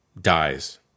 dies